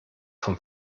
vom